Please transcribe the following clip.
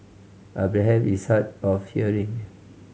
Abraham is hard of hearing